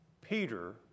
Peter